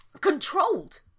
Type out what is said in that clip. controlled